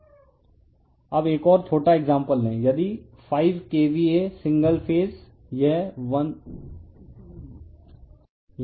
refer slide time 1439 अब एक और छोटा एक्साम्पल यदि 5 KVA सिंगल फेज यह 1∅ है